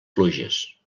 pluges